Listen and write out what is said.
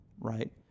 right